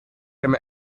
him